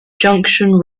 junction